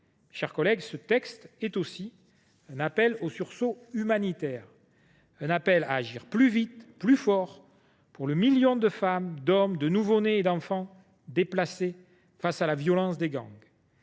chers collègues, ce texte est aussi un appel au sursaut humanitaire, un appel à agir plus vite et plus fort en faveur du million de femmes, d’hommes, mais aussi de nouveau nés et d’enfants déplacés du fait de la violence des gangs